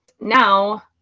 Now